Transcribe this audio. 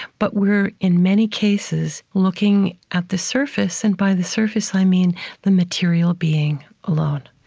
but we're, in many cases, looking at the surface. and by the surface, i mean the material being alone